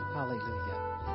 Hallelujah